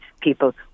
people